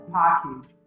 package